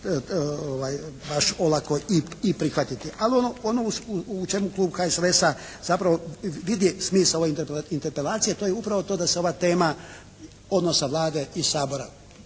baš olako i prihvatiti, ali ono u čemu klub HSLS-a zapravo vidi smisao ove interpelacije to je upravo to da se ova tema odnosa Vlade i Sabora